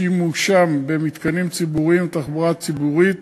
שימושם במתקנים ציבוריים ובתחבורה ציבורית